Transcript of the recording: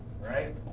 Right